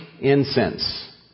incense